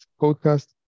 podcast